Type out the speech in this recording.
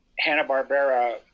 Hanna-Barbera